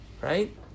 right